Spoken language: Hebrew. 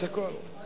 יש הכול.